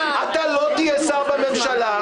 אתה לא תהיה שר בממשלה,